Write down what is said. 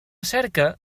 cerca